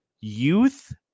Youth